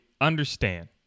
understand